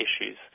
issues